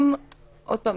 עוד פעם,